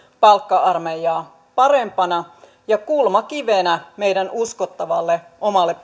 palkka armeijaa parempana ja kulmakivenä meidän uskottavalle omalle